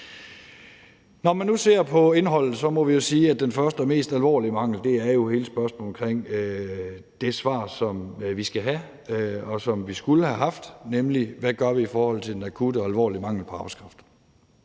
Når man nu ser på indholdet, må man sige, at den første og mest alvorlige mangel jo er hele spørgsmålet omkring det svar, som vi skal have, og som vi skulle have haft, nemlig på, hvad vi gør i forhold til den akutte og alvorlige mangel på arbejdskraft.